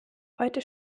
heute